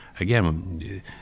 Again